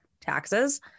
taxes